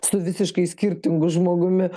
su visiškai skirtingu žmogumi